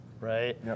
right